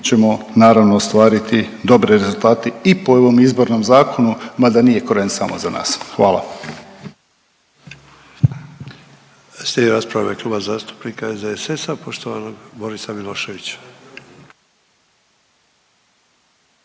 ćemo naravno ostvariti dobre rezultate i po ovom izbornom zakonu mada nije krojen samo za nas. Hvala.